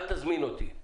אל תזמין אותי.